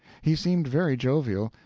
he seemed very jovial,